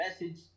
message